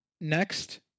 Next